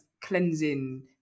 cleansing